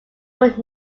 would